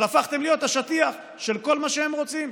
אבל הפכתם להיות השטיח של כל מה שהם רוצים,